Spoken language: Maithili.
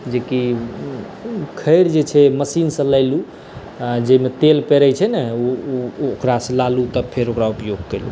जेकि खैर जे छै मशीन सऽ लेलहुॅं जाहिमे तेल पेरै छै न ओकरा सऽ लेलहुॅं त फेर ओकरा उपयोग कएलहुॅं